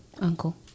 Uncle